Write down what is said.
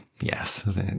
Yes